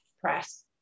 press